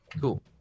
cool